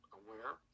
aware